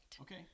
Okay